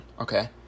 okay